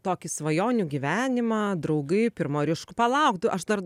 tokį svajonių gyvenimą draugai pirmo ryšk palauk tu aš dar